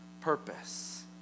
purpose